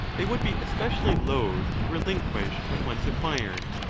they would be especially loth to relinquish when once acquired.